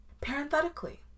Parenthetically